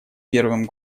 первым